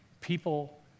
People